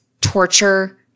torture